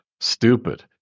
stupid